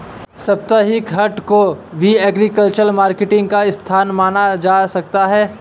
साप्ताहिक हाट को भी एग्रीकल्चरल मार्केटिंग का स्थान माना जा सकता है